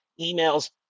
emails